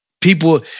People